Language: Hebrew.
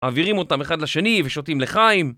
מעבירים אותם אחד לשני ושותים לחיים